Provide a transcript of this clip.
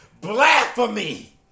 Blasphemy